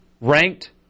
ranked